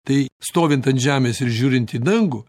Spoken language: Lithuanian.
tai stovint ant žemės ir žiūrint į dangų